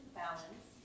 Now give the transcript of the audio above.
balance